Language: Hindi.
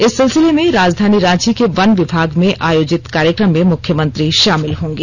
इस सिलसिले में राजधानी रांची के वन विभाग में आयोजित कार्यक्रम में मुख्यमंत्री शामिल होंगे